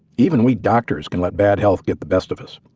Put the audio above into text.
even we doctors can let bad health get the best of us.